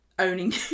owning